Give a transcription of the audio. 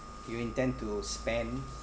do you intend to spend